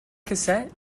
cassette